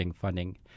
funding